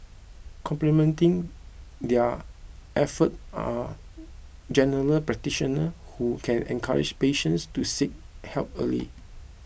complementing their effort are general practitioner who can encourage patients to seek help early